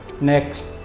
next